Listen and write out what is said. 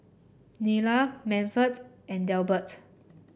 Nila Manford and Delbert